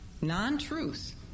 non-truth